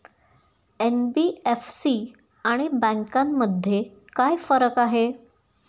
NBFC आणि बँकांमध्ये काय फरक आहे?